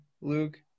luke